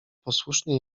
posłusznie